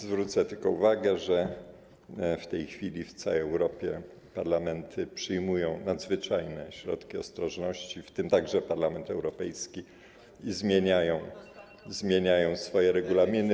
Zwrócę tylko uwagę, że w tej chwili w całej Europie parlamenty przyjmują nadzwyczajne środki ostrożności, w tym także Parlament Europejski, i zmieniają swoje regulaminy.